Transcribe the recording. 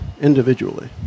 individually